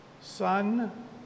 son